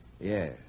Yes